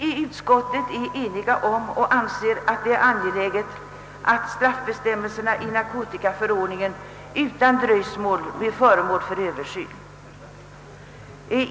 I utskottet har vi ansett det angeläget att straffbestämmelserna i narkotikaförordningen utan dröjsmål blir föremål för översyn.